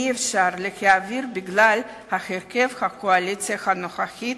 אי-אפשר להעביר בגלל הרכב הקואליציה הנוכחית,